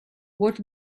what